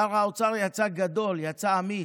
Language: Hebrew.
שר האוצר יצא גדול, יצא אמיץ.